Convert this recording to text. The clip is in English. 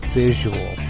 visual